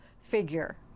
figure